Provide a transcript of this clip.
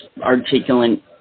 articulate